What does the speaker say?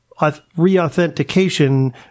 reauthentication